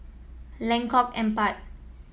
Lengkok Empat